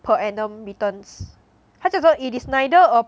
per annum returns 他讲说 it is neither a